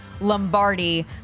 Lombardi